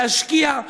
להשקיע,